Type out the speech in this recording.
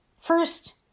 first